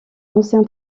ancien